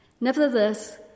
Nevertheless